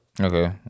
Okay